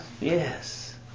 Yes